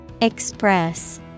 Express